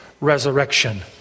resurrection